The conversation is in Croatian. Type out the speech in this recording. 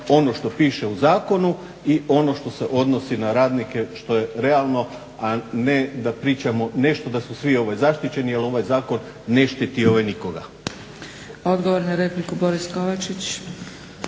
ono što piše u zakonu i ono što se odnosi na radnike što je realno, a ne da pričamo nešto da su svi zaštićeni jer ovaj zakon ne štiti nikoga. **Zgrebec, Dragica (SDP)** Odgovor na repliku, Boris Kovačić.